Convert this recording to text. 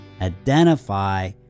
identify